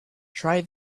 try